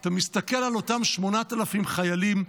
אתה מסתכל על אותם 8,000 חיילים,